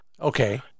Okay